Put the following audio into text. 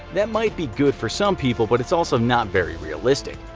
that might be good for some people, but it's also not very realistic.